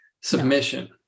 submission